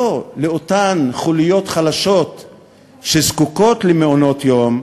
לא לאותן חוליות חלשות שזקוקות למעונות-יום,